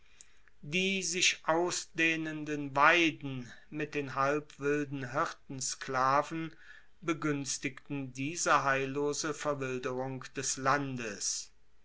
die sich ausdehnenden weiden mit den halb wilden hirtensklaven beguenstigten diese heillose verwilderung des landes